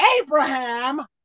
Abraham